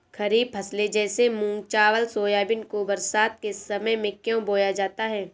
खरीफ फसले जैसे मूंग चावल सोयाबीन को बरसात के समय में क्यो बोया जाता है?